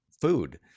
food